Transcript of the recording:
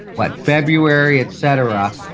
what, february, etc.